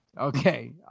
okay